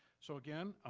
so again,